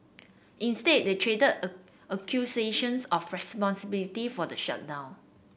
instead they traded accusations of responsibility for the shutdown